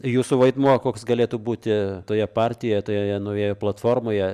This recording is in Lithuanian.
tai jūsų vaidmuo koks galėtų būti toje partijoje toje naujoje platformoje